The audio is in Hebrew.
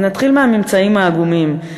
אז נתחיל מהממצאים העגומים.